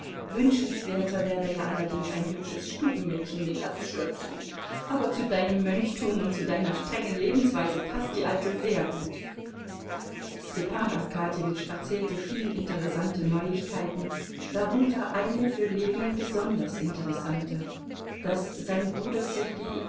wünschenswerter wäre ja allerdings ein hübsches stubenmädchen mit latzschürzchen aber zu deinem mönchtum und zu deiner strengen lebensweise paßt die alte sehr gut stepan arkadjewitsch erzählte viel interessante neuigkeiten darunter eine für ljewin besonders interessante daß sein bruder